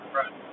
right